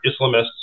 Islamists